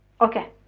okay